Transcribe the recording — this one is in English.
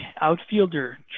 outfielder